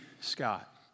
Scott